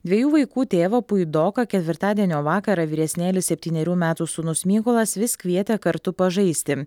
dviejų vaikų tėvą puidoką ketvirtadienio vakarą vyresnėlis septynerių metų sūnus mykolas vis kvietė kartu pažaisti